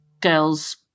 girls